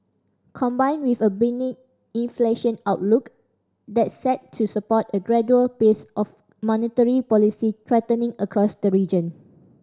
combined with a benign inflation outlook that's set to support a gradual pace of monetary policy tightening across the region